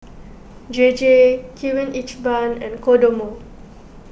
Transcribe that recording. J J Kirin Ichiban and Kodomo